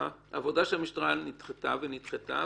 העבודה של המשטרה נדחתה ונדחתה,